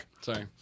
sorry